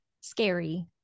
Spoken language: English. scary